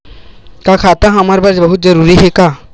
का खाता हमर बर बहुत जरूरी हे का?